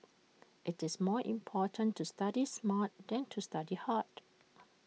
IT is more important to study smart than to study hard